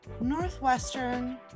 Northwestern